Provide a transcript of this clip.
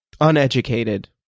uneducated